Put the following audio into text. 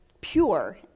pure